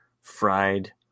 fried